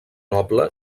noble